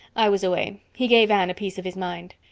i was away. he gave anne a piece of his mind.